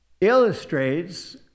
illustrates